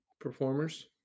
Performers